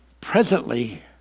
Presently